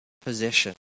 possession